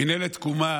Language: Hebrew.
מינהלת תקומה